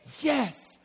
yes